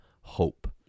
hope